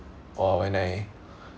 oh when I